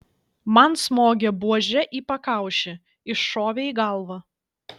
man smogė buože į pakaušį iššovė į galvą